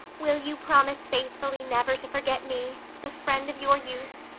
will you promise faithfully never to forget me, the friend of your youth,